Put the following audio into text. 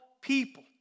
people